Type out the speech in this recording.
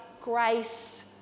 grace